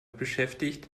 beschäftigt